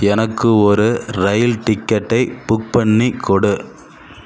எனக்கு ஒரு ரயில் டிக்கெட்டை புக் பண்ணி கொடு